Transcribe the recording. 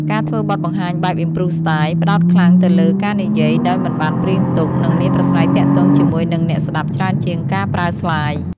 ការធ្វើបទបង្ហាញបែប improv-style ផ្តោតខ្លាំងទៅលើការនិយាយដោយមិនបានព្រៀងទុក និងមានប្រាស័យទាក់ទងជាមួយនឹងអ្នកស្ដាប់ច្រើនជាងការប្រើស្លាយ។